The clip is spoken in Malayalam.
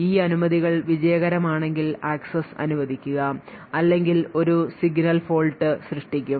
ഈ അനുമതികൾ വിജയകരമാണെങ്കിൽ ആക്സസ് അനുവദിക്കുക അല്ലെങ്കിൽ ഒരു സിഗ്നൽ fault സൃഷ്ടിക്കും